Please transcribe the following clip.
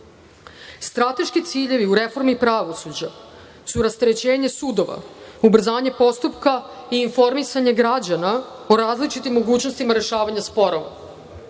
periodu. Strateški ciljevi u reformi pravosuđa su rasterećenje sudova, ubrzanje postupka i informisanje građana o različitim mogućnostima rešavanja sporova.U